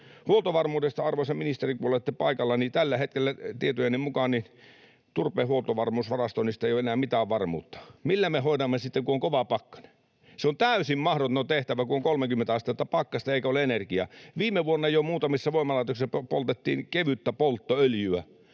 Huoltovarmuudesta, arvoisa ministeri, kun olette paikalla: Tällä hetkellä tietojeni mukaan turpeen huoltovarmuusvarastoinnista ei ole enää mitään varmuutta. Millä me hoidamme sitten, kun on kova pakkanen? Se on täysin mahdoton tehtävä, kun on 30 astetta pakkasta eikä ole energiaa. Viime vuonna jo muutamissa voimalaitoksissa poltettiin kevyttä polttoöljyä.